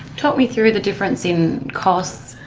talk me through the difference in costs.